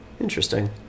Interesting